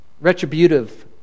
retributive